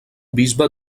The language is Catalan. bisbe